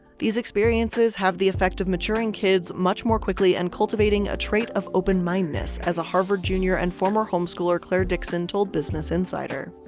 these experiences have the effect of maturing kids much more quickly and cultivating a trait of open-mindedness, as a harvard junior and former homeschooler claire dixon told business insider.